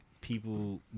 people